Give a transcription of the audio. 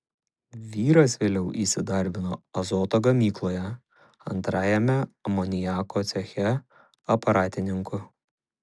vyras vėliau įsidarbino azoto gamykloje antrajame amoniako ceche aparatininku